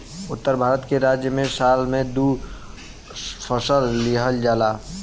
उत्तर भारत के राज्य में साल में दू फसल लिहल जाला